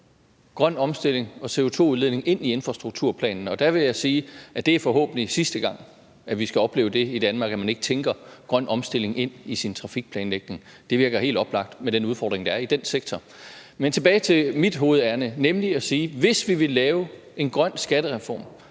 grøn omstilling og CO2-udledning ind i infrastrukturplanen. Og der vil jeg sige, at det forhåbentlig er sidste gang, at vi skal opleve det i Danmark, altså at man ikke tænker grøn omstilling ind i sin trafikplanlægning. Det virker helt oplagt med den udfordring, der er i den sektor. Men tilbage til mit hovedærinde, nemlig at sige, at hvis vi vil lave en grøn skattereform,